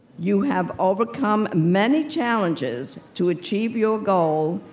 you have overcome many challenges to achieve your goal,